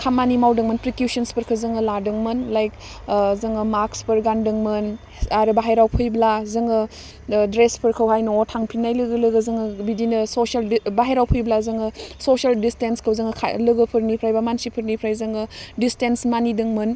खामानि मावदोंमोन प्रिकिउसन्सफोरखौ जोङो लादोंमोन लायक ओह जोङो मास्कफोर गानदोंमोन आरो बाहेरायाव फैब्ला जोङो ओह ड्रेसफोरखौहाय न'आव थांफिन्नाय लोगो लोगो जोङो बिदिनो बाहेरायाव फैब्ला जोङो ससेल डिसटेन्सखौ जोङो लोगोफोरनिफ्राय बा मानसिफोरनिफ्राय जोङो डिसटेन्स मानिदोंमोन